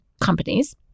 companies